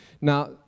Now